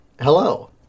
hello